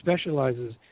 specializes